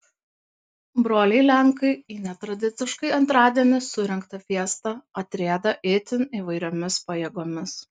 broliai lenkai į netradiciškai antradienį surengtą fiestą atrieda itin įvairiomis pajėgomis